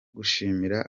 gushimira